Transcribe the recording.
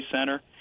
Center